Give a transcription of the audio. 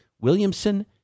Williamson